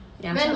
ya so